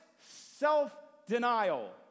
self-denial